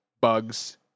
bugs